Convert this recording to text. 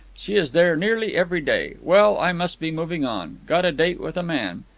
she is there nearly every day. well, i must be moving on. got a date with a man.